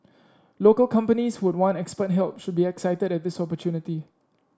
local companies who would want expert help should be excited at this opportunity